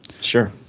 Sure